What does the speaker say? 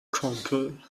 kumpel